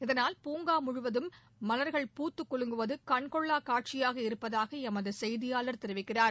இதனால் பூங்கா முழுவதும் மல்கள் பூத்து குலுங்குவது கண்கொள்ளா கட்சியாக இருப்பதாக எமது செய்தியாளர் தெரிவிக்கிறார்